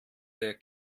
der